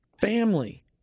family